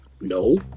No